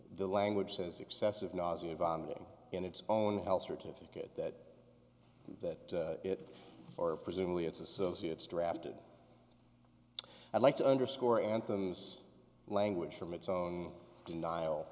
the language says excessive nausea vomiting in it's own health certificate that it or presumably its associates drafted i'd like to underscore anthem's language from its own denial